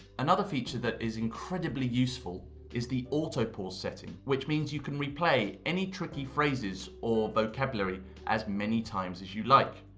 another feature that is incredibly useful is the auto-pause setting which means you can replay any tricky phrases or vocabulary as many times as you like.